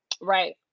Right